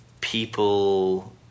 people